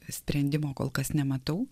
sprendimo kol kas nematau